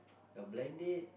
your blind date